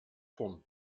vorn